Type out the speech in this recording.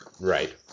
Right